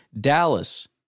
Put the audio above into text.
Dallas